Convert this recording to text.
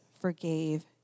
forgave